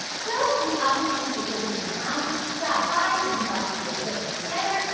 so in the off chance that you'll be in town, stop by. we can watch the eclipse together,